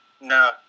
No